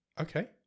okay